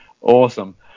Awesome